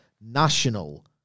national